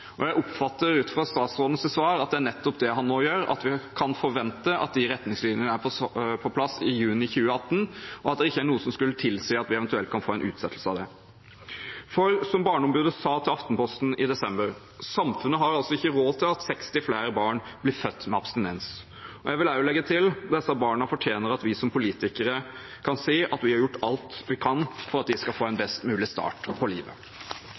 Jeg oppfatter ut fra statsrådens svar at det er nettopp det han nå gjør – at vi kan forvente at retningslinjene er på plass i juni 2018, og at det ikke er noe som skulle tilsi at vi eventuelt får en utsettelse av det. For, som barneombudet sa til Aftenposten i desember, samfunnet har ikke råd til at 60 flere barn blir født med abstinens. Jeg vil legge til: Disse barna fortjener at vi som politikere kan si at vi har gjort alt vi kan for at de skal få en best mulig start i livet.